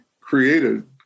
created